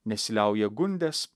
nesiliauja gundęs